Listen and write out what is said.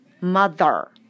Mother